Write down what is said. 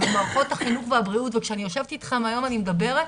אבל מערכות החינוך והבריאות וכשאני יושבת איתכם היום ואני מדברת,